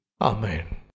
Amen